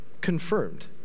confirmed